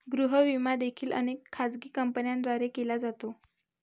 गृह विमा देखील अनेक खाजगी कंपन्यांद्वारे केला जातो